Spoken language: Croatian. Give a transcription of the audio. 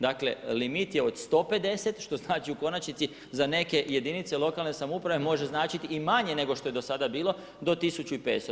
Dakle, limit je od 150 što znači u konačnici, za neke jedinice lokalne samouprave, može znači i manje nego što je do sada bilo do 1500.